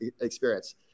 experience